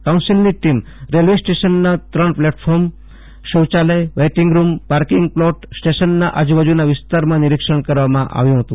કાઉન્સિલની team દ્વારા railway સ્ટેશનના ત્રણ પ્લેટફોર્મશોચાલયવઈટિંગરૂમપાર્કિંગપ્લોટસ્ટેશનના આજુબાજુના વિસ્તારમાં નિરીક્ષણ કરવામાં આવ્યું હતું